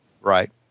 Right